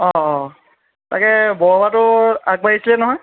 অঁ অঁ তাকে বৰসবাহটো আগবাঢ়িছিলে নহয়